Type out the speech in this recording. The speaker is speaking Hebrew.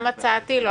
אני